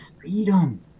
freedom